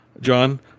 John